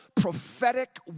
prophetic